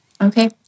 Okay